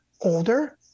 older